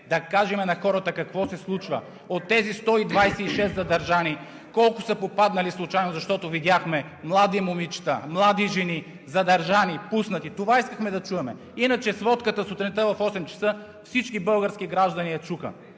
да кажем на хората какво се случва – от тези 126 задържани, колко са попаднали случайно, защото видяхме млади момичета, млади жени задържани, пуснати – това искахме да чуем. Иначе сводката всички български граждани я чуха